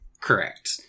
Correct